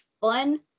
fun